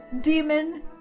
demon